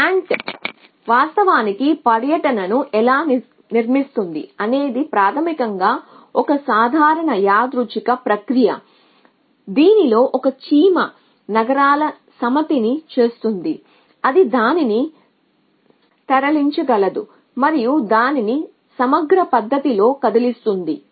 ant వాస్తవానికి పర్యటనను ఎలా నిర్మిస్తుంది అనేది ప్రాథమికంగా ఒక సాధారణ యాదృచ్ఛిక ప్రక్రియ దీనిలో ఒక చీమ నగరాల సమితిని చూస్తుంది అది దానిని తరలించగలదు మరియు దానిని సమగ్ర పద్ధతిలో కదిలిస్తుంది